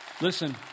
Listen